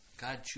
God